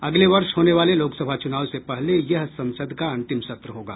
अगले वर्ष होने वाले लोकसभा चुनाव से पहले यह संसद का अंतिम सत्र होगा